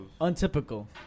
Untypical